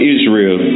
Israel